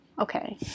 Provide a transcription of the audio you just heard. Okay